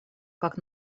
как